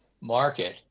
market